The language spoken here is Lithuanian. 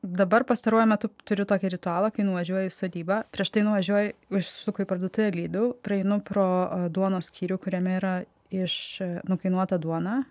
dabar pastaruoju metu turi tokį ritualą kai nuvažiuoji į sodybą prieš tai nuvažiuoji užsukau į parduotuvę lydau praeinu pro duonos skyrių kuriame yra iš nukainuota duona